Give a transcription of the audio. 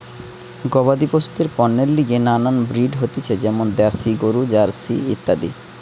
গবাদি পশুদের পণ্যের লিগে নানান ব্রিড হতিছে যেমন দ্যাশি গরু, জার্সি ইত্যাদি